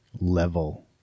level